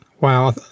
Wow